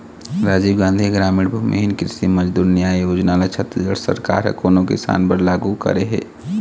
राजीव गांधी गरामीन भूमिहीन कृषि मजदूर न्याय योजना ल छत्तीसगढ़ सरकार ह कोन किसान बर लागू करे हे?